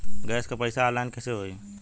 Gas क पैसा online कइसे होई?